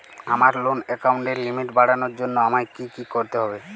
আমার লোন অ্যাকাউন্টের লিমিট বাড়ানোর জন্য আমায় কী কী করতে হবে?